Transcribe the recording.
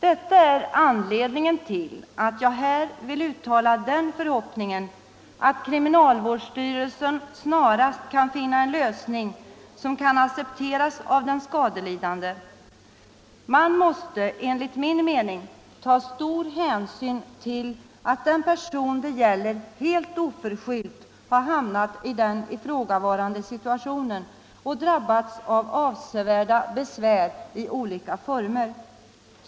Detta är anledningen till att jag här vill uttala den förhoppningen att kriminalvårdsstyrelsen snarast måtte finna en lösning som kan accepteras av den skadelidande. Man måste enligt min mening ta stor hänsyn till att den person det gäller helt oförskyllt har hamnat i den ifrågavarande situationen och drabbats av avsevärda besvär i olika former.